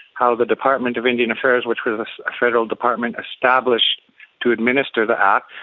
how the department of indian affairs, which was a federal department, established to administer the act.